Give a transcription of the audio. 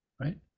right